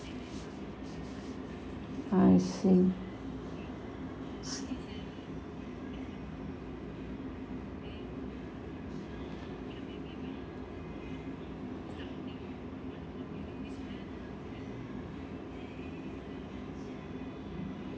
I see